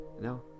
No